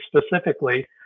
specifically